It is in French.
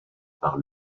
par